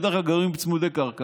בדרך כלל הם גרים בצמודי קרקע